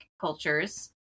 cultures